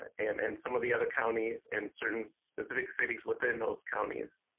and and some of the other counties in certain specific cities within those counties.